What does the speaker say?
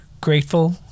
grateful